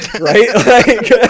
right